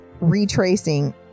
retracing